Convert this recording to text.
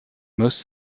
most